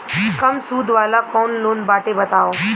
कम सूद वाला कौन लोन बाटे बताव?